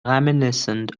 reminiscent